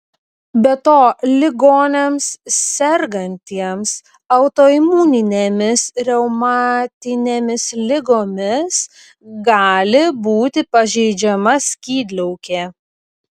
be to ligoniams sergantiems autoimuninėmis reumatinėmis ligomis gali būti pažeidžiama skydliaukė